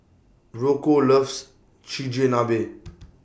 Rocco loves Chigenabe